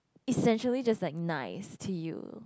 essentially just like nice to you